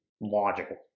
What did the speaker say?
logical